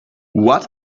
what